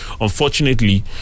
Unfortunately